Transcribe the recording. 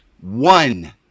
one